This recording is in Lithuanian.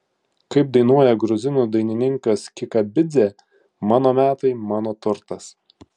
kaip dainuoja gruzinų dainininkas kikabidzė mano metai mano turtas